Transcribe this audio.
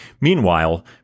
Meanwhile